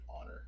honor